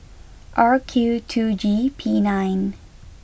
R Q two G P nine